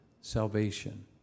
salvation